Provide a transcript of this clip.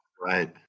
Right